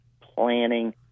planning